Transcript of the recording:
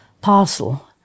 parcel